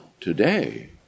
today